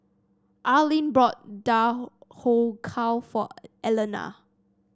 Arlen bought Dhokla for Elaina